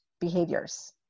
behaviors